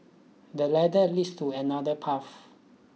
the ladder leads to another path